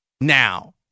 now